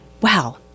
wow